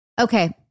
Okay